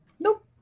Nope